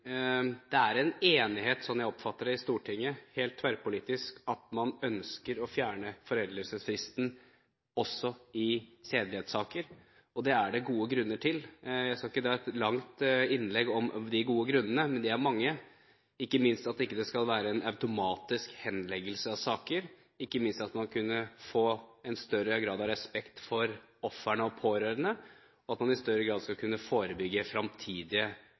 er en tverrpolitisk enighet i Stortinget, slik jeg oppfatter det, om å fjerne foreldelsesfristen også i sedelighetssaker. Det er det gode grunner til. Jeg skal ikke dra et langt innlegg om de gode grunnene, men de er mange. Ikke minst skal det ikke være en automatisk henleggelse av saker, ikke minst kan man få en større grad av respekt for ofrene og de pårørende, og man skal i større grad kunne forebygge